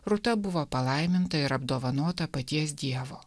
rūta buvo palaiminta ir apdovanota paties dievo